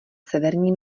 severní